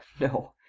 no.